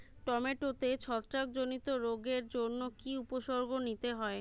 টমেটোতে ছত্রাক জনিত রোগের জন্য কি উপসর্গ নিতে হয়?